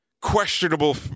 questionable